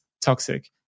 toxic